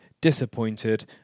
disappointed